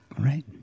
Right